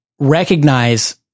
recognize